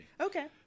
Okay